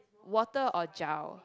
water or gel